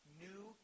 new